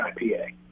IPA